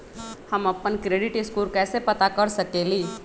हम अपन credit score कैसे पता कर सकेली?